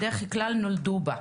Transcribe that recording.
ובדרך כלל נולדו בה,